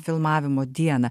filmavimo dieną